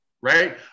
right